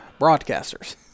broadcasters